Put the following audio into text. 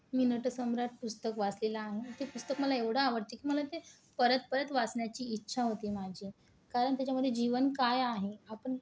मी नटसम्राट पुस्तक वाचलेलं आहे ते पुस्तक मला एवढं आवडतं की ते मला परत परत वाचण्याची इच्छा होते माझी कारण त्याच्यामध्ये जीवन काय आहे आपण